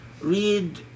read